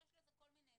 יש לזה כל מיני הסברים,